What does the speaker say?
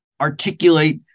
articulate